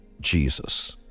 Jesus